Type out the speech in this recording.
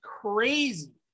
crazy